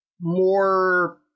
more